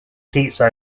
pizza